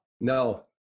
No